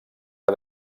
que